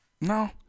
No